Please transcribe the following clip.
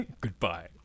Goodbye